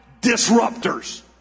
disruptors